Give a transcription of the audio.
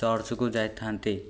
ଚର୍ଚ୍ଚକୁ ଯାଇଥାନ୍ତି